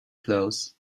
cloths